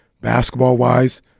basketball-wise